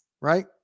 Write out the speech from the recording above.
Right